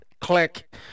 Click